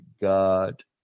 God